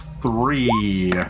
three